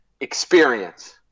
Experience